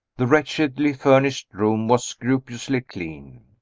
the wretchedly furnished room was scrupulously clean.